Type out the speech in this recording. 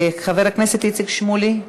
חבר הכנסת איציק שמולי.